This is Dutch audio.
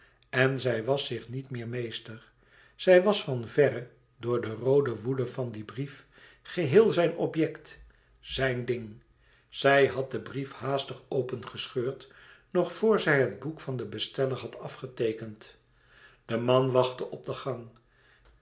en zij was zich niet meer meester zij was van verre door de roode woede van dien brief geheel zijn object zijn ding zij had den brief haastig opengescheurd nog voor zij het boek van den besteller had afgeteekend de man wachtte op de gang